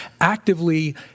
actively